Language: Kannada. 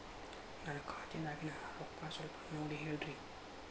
ನನ್ನ ಖಾತೆದಾಗಿನ ರೊಕ್ಕ ಸ್ವಲ್ಪ ನೋಡಿ ಹೇಳ್ರಿ